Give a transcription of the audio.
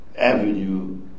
avenue